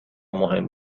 مهم